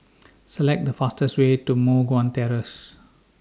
Select The fastest Way to Moh Guan Terrace